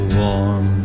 warm